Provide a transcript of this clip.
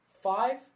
five